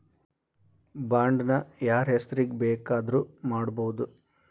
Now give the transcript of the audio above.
Bond ನ ಯಾರ್ಹೆಸ್ರಿಗ್ ಬೆಕಾದ್ರುಮಾಡ್ಬೊದು?